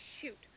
shoot